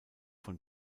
von